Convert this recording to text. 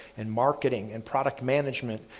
and marketing, and product management,